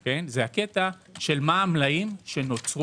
הוא מה המלאי שנוצר